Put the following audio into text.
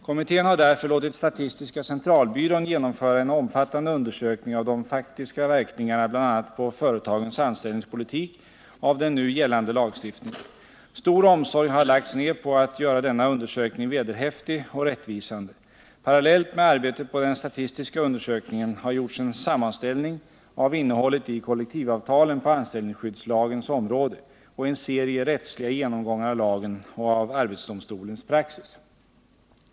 Kommittén har därför låtit statistiska centralbyrån genomföra en omfattande undersökning av de faktiska verkningarna bl.a. på företagens anställningspolitik av den nu gällande lagstiftningen. Stor omsorg har lagts ned på att göra denna undersökning vederhäftig och rättvisande. Parallellt med arbetet på den statistiska undersökningen har gjorts en sammanställning av innehållet i kollektivavtalen på anställningsskyddslagens område och en serie rättsliga genomgångar av lagen och av arbetsdomstolens praxis.